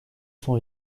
son